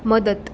मदत